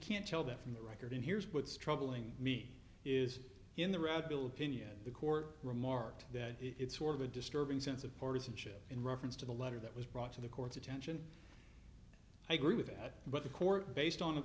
can't tell that from the record and here's what's troubling me is in the route bill opinion the court remarked that it's sort of a disturbing sense of partisanship in reference to the letter that was brought to the court's attention i agree with that but the court based on